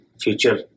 future